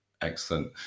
excellent